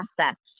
assets